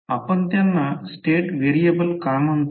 आपण त्यांना state variable का म्हणतो